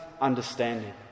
understanding